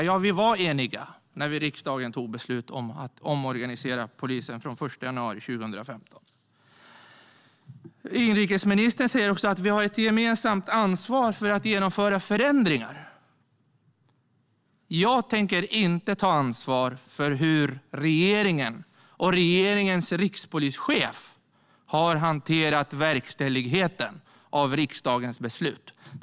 Ja, vi var eniga när riksdagen fattade beslut om att omorganisera polisen från den 1 januari 2015. Inrikesministern säger också att vi har ett gemensamt ansvar för att genomföra förändringar. Jag tänker inte ta ansvar för hur regeringen och regeringens rikspolischef har hanterat verkställigheten av riksdagens beslut. Herr talman!